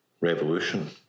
revolution